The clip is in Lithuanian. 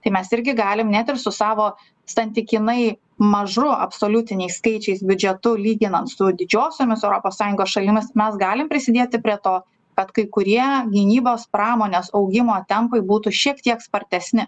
tai mes irgi galim net ir su savo santykinai mažu absoliutiniais skaičiais biudžetu lyginant su didžiosiomis europos sąjungos šalimis mes galim prisidėti prie to kad kai kurie gynybos pramonės augimo tempai būtų šiek tiek spartesni